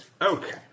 Okay